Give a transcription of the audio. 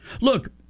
Look